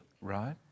Right